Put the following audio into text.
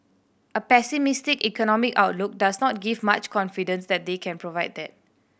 a pessimistic economic outlook does not give much confidence that they can provide that